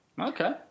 Okay